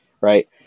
right